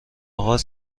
آغاز